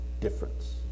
difference